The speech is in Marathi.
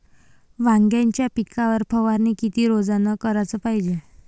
वांग्याच्या पिकावर फवारनी किती रोजानं कराच पायजे?